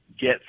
get